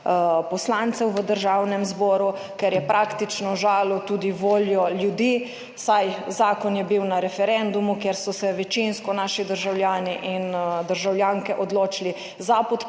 poslancev v Državnem zboru, ker je praktično žalil tudi voljo ljudi, saj zakon je bil na referendumu, kjer so se večinsko naši državljani in državljanke odločili za podporo